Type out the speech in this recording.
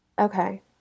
Okay